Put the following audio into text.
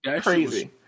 Crazy